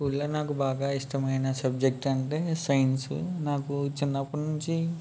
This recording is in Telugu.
స్కూల్లో నాకు బాగా ఇష్టమైన సబ్జెక్టు అంటే సైన్స్ నాకు చిన్నప్పటి నుంచి